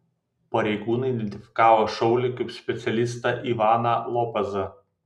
pareigūnai identifikavo šaulį kaip specialistą ivaną lopezą